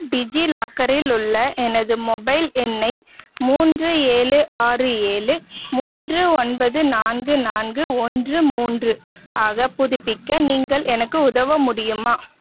டிஜிலாக்கரில் உள்ள எனது மொபைல் எண்ணை மூன்று ஏழு ஆறு ஏழு மூன்று ஒன்பது நான்கு நான்கு ஒன்று மூன்று ஆக புதுப்பிக்க நீங்கள் எனக்கு உதவ முடியுமா